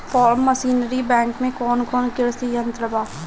Form machinery bank में कौन कौन कृषि यंत्र बा?